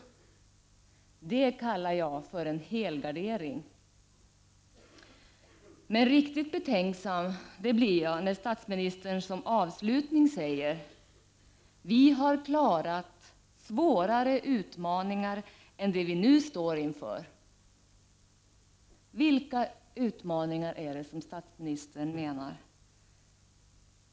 Det kallar jag för en helgardering! Riktigt betänksam blir jag när statsministern som avslutning säger: ”Vi har klarat svårare utmaningar än de som vi nu står inför.” Vilka utmaningar är det som statsministern menar?